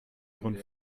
ihren